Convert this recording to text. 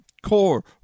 core